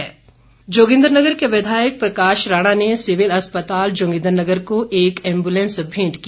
प्रकाश राणा जोगिन्द्रनगर के विधायक प्रकाश राणा ने सिविल अस्पताल जोगिन्द्रनगर को एक एम्बुलेंस भेंट की